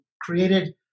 created